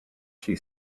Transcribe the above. she